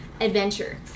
adventure